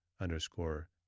underscore